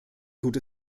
tut